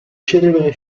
celebre